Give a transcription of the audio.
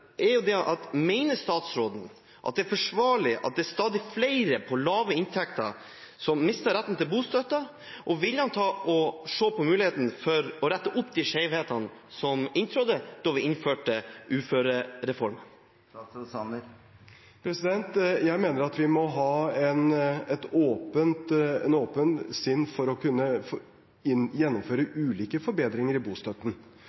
statsråden det er forsvarlig at det er stadig flere med lave inntekter som mister retten til bostøtte, og vil han se på muligheten for å rette opp de skjevhetene som inntrådte da vi innførte uførereformen? Jeg mener at vi må ha et åpent sinn for å kunne gjennomføre ulike forbedringer i bostøtten.